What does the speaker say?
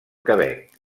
quebec